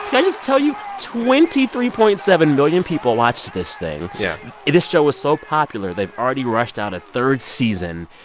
i just tell you twenty three point seven million people watched this thing yeah this show is so popular, they've already rushed out a third season.